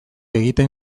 egiten